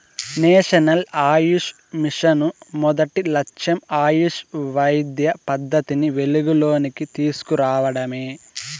national Ayush mission మొదటి లచ్చెం ఆయుష్ వైద్య పద్దతిని వెలుగులోనికి తీస్కు రావడమే